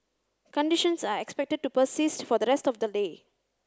conditions are expected to persist for the rest of the day